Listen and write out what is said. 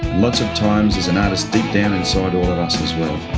lots of times there's an artist deep down inside all of us as well.